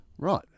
Right